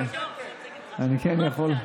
אתם, הקומוניסטים, התנגדתם.